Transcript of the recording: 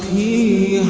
the